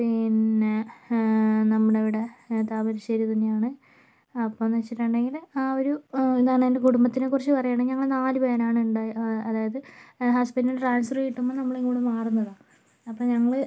പിന്നെ നമ്മുടെ ഇവിടെ താമരശ്ശേരിയിൽ തന്നെയാണ് അപ്പോഴെന്ന് വെച്ചിട്ടുണ്ടെങ്കിൽ ആ ഒരു എന്താ പറയുക എൻ്റെ കുടുംബത്തിനെ കുറിച്ച് പറയുകയാണെങ്കിൽ ഞങ്ങൾ നാല് പേരാണ് ഉണ്ടാ അതായത് ഹസ്ബൻഡിന് ട്രാൻസ്ഫർ കിട്ടുമ്പോൾ നമ്മൾ ഇങ്ങോട്ട് മാറുന്നതാണ് അപ്പം ഞങ്ങൾ